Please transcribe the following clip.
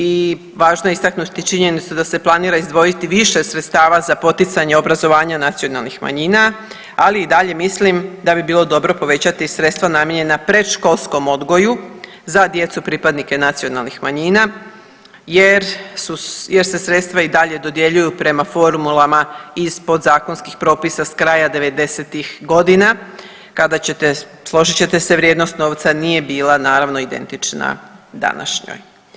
I važno je istaknuti činjenicu da se planira izdvojiti više sredstava za poticanje obrazovanja nacionalnih manjina, ali i dalje mislim da bi bilo dobro povećati sredstva namijenjena predškolskom odgoju za djecu pripadnike nacionalnih manjina jer su, jer se sredstva i dalje dodjeljuju prema formulama iz podzakonskih propisa s kraja '90.-tih godina kada ćete, složit ćete se, vrijednost novca nije bila naravno identična današnjoj.